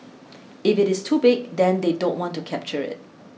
if it is too big then they don't want to capture it